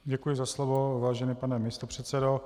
Děkuji za slovo, vážený pane místopředsedo.